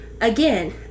again